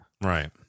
Right